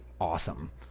awesome